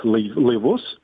lai laivus